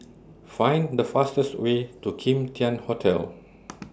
Find The fastest Way to Kim Tian Hotel